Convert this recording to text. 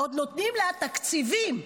ועוד נותנים לה תקציבים.